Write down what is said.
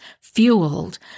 fueled